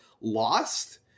lost